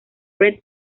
fred